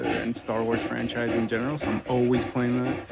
and star wars franchise in general, so i'm always playing that.